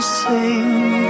sing